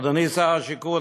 אדוני שר השיכון.